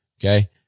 okay